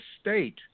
state